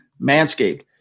Manscaped